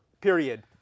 period